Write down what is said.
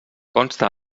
consta